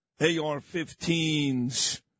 AR-15s